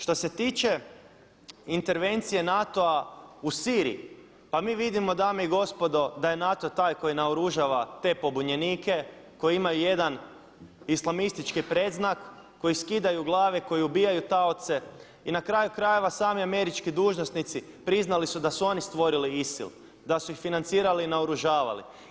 Što se tiče intervencije NATO-a u Siriji, pa mi vidimo dame i gospodo da je NATO taj koji naoružava te pobunjenike koji imaju jedan islamistički predznak, koji skidaju glave, koji ubijaju taoce i na kraju krajeva sami američki dužnosnici priznali su da su oni stvorili ISIL, da su ih financirali i naoružavali.